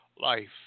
life